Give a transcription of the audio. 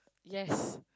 yes